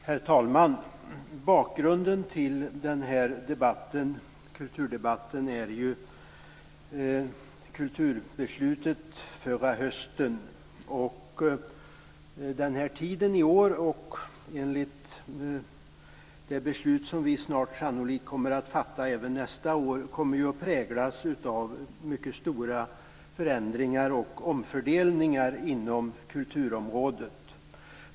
Herr talman! Bakgrunden till denna kulturdebatt är ju kulturbeslutet förra hösten. Enligt det beslut som vi snart sannolikt kommer att fatta för nästa år kommer att präglas av mycket stora förändringar och omfördelningar inom kulturområdet.